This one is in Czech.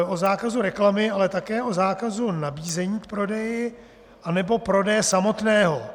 O zákazu reklamy, ale také o zákazu nabízení k prodeji anebo prodeje samotného.